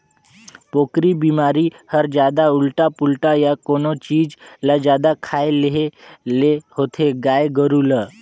पोकरी बेमारी हर जादा उल्टा पुल्टा य कोनो चीज ल जादा खाए लेहे ले होथे गाय गोरु ल